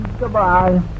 Goodbye